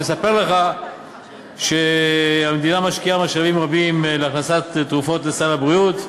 לספר לך שהמדינה משקיעה משאבים רבים בהכנסת תרופות לסל הבריאות,